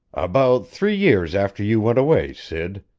about three years after you went away, sid.